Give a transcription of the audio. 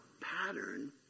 pattern